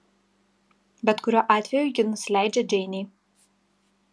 bet kuriuo atveju ji nusileidžia džeinei